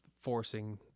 forcing